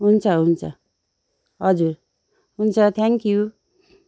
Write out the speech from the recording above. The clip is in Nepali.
हुन्छ हुन्छ हजुर हुन्छ थ्याङ्कयू